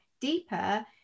deeper